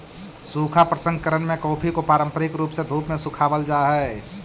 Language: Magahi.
सूखा प्रसंकरण में कॉफी को पारंपरिक रूप से धूप में सुखावाल जा हई